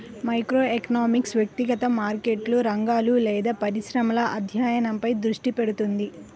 microeconomics వ్యక్తిగత మార్కెట్లు, రంగాలు లేదా పరిశ్రమల అధ్యయనంపై దృష్టి పెడుతుంది